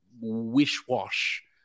wish-wash